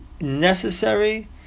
necessary